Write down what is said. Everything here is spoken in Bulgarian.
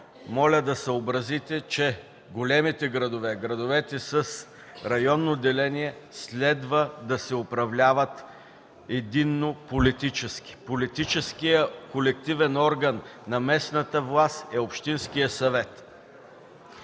моля да съобразите, че големите градове – градовете с районно деление, следва да се управляват единно политически. Политическият колективен орган на местната власт е общинският съвет.